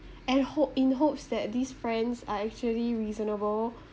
and hope in hopes that these friends are actually reasonable